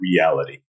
Reality